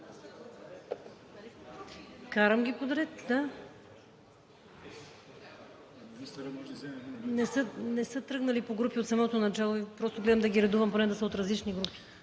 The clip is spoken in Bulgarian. Карам ги подред, да. Не са тръгнали по групи от самото начало и гледам да ги редувам поне да са от различни групи.